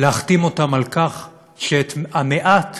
להחתים אותם על כך שאת המעט